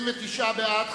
29 בעד,